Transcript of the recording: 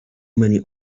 many